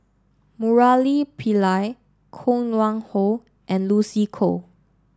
Murali Pillai Koh Nguang How and Lucy Koh